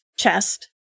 chest